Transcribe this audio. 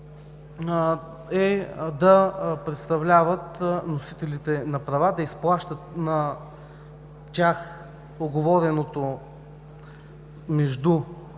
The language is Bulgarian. е да представляват носителите на права, да изплащат на тях уговореното между